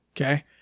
Okay